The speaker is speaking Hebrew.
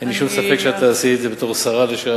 אין לי שום ספק שאת תעשי את זה, בתור שרה לשעבר